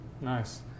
Nice